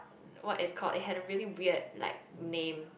what is call it has a really weird like name